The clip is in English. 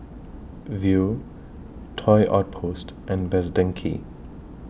Viu Toy Outpost and Best Denki